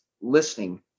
listening